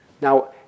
Now